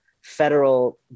federal